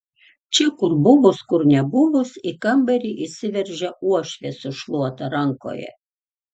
čia kur buvus kur nebuvus į kambarį įsiveržia uošvė su šluota rankoje